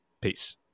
Peace